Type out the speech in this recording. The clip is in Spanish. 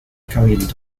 cabildo